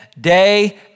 day